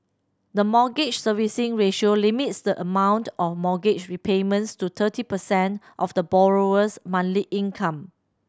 the Mortgage Servicing Ratio limits the amount of mortgage repayments to thirty percent of the borrower's monthly income